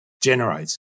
generates